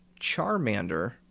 charmander